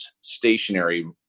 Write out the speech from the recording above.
stationary